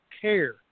care